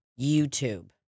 YouTube